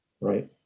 Right